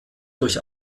durch